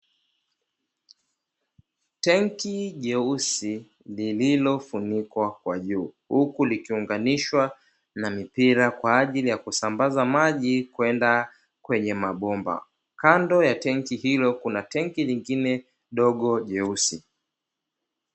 Tenki jeusi lililofunikwa kwa juu huku likiunganishwa na mipira kwa ajili ya kusambaza maji, kwenda kwenye mabomba. Kando ya tenki hilo kuna tenki lingine dogo jeusi.